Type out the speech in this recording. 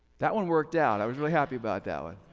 that one worked out, i was really happy about that one.